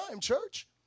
church